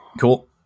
cool